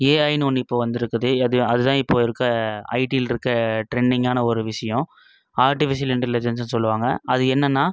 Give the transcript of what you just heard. ஏஐனு ஒன்று இப்போ வந்துருக்குது அது அதுதான் இப்போது இருக்க ஐடில்ருக்க ட்ரெண்டிங்கான ஒரு விஷயோம் ஆர்டிஃபிஷியல் இன்டெலிஜென்ஸ்ஸுனு சொல்லுவாங்க அது என்னென்னா